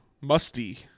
Musty